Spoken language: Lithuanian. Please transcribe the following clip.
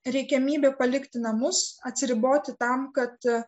reikiamybė palikti namus atsiriboti tam kad